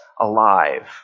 alive